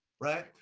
Right